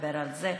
מדבר על זה פעמיים,